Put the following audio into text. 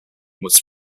was